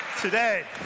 today